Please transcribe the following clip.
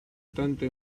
tanto